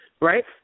right